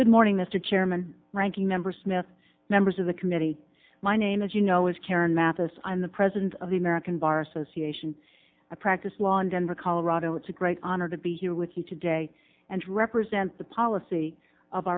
good morning mr chairman ranking member smith members of the committee my name as you know is karen mathis i'm the president of the american bar association a practice law in denver colorado it's a great honor to be here with you today and represent the policy of